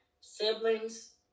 siblings